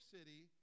City